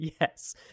Yes